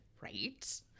Right